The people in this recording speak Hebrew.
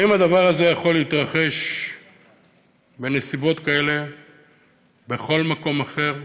האם הדבר הזה יכול להתרחש בנסיבות כאלה בכל מקום אחר?